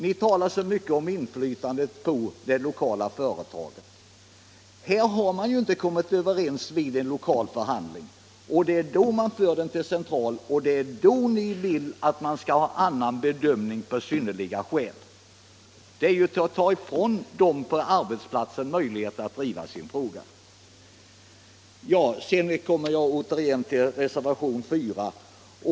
Ni talar mycket om inflytande på det lokala företaget. Men om man inte har kommit överens vid lokal förhandling förs frågan till central förhandling — och det är då ni vill att det skall få ske endast när det finns ”synnerliga” skäl. Det är att ta ifrån människorna på arbetsplatsen möjligheten att driva sin fråga! Sedan kommer jag återigen till reservationen 4.